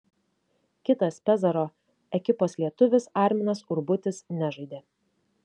kitas pezaro ekipos lietuvis arminas urbutis nežaidė